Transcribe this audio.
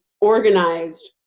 organized